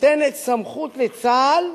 נותנת סמכות לצה"ל